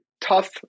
tough